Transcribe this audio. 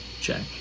check